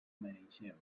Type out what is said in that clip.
mereixeu